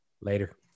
Later